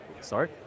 sorry